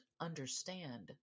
understand